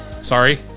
sorry